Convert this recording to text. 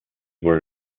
were